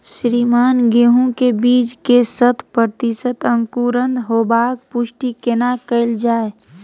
श्रीमान गेहूं के बीज के शत प्रतिसत अंकुरण होबाक पुष्टि केना कैल जाय?